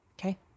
Okay